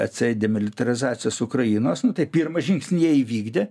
atseit demilitarizacijos ukrainos nu tai pirmą žingsnį jie įvykdė